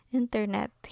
internet